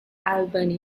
albany